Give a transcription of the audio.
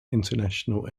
international